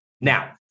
Now